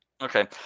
Okay